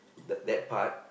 the that part